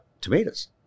tomatoes